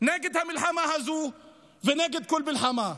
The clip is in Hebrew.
נגד המלחמה הזאת ונגד כל מלחמה,